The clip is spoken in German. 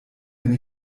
wenn